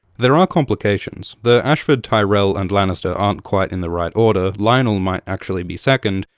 there are complications the ashford tyrell and lannister aren't quite in the right order, lyonel might actually be second,